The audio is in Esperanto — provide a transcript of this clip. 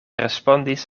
respondis